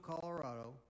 Colorado